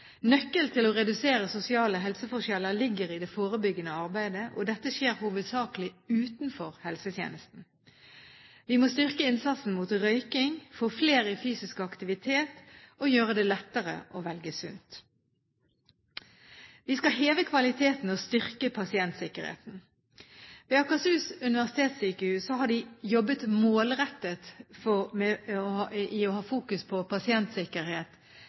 til å redusere sosiale helseforskjeller ligger i det forebyggende arbeidet, og dette skjer hovedsakelig utenfor helsetjenesten. Vi må styrke innsatsen mot røyking, få flere i fysisk aktivitet og gjøre det lettere å velge sunt. Vi skal heve kvaliteten og styrke pasientsikkerheten. Ved Akershus universitetssykehus har de jobbet målrettet med å ha fokus på pasientsikkerhet og å